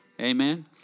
Amen